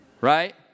right